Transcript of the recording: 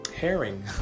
herring